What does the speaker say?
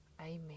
Amen